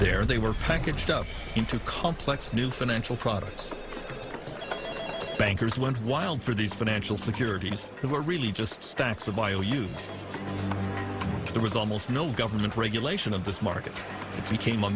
there they were packaged up into complex new financial products bankers went wild for these financial securities who were really just stacks of bio use there was almost no government regulation of this market it became a